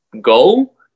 goal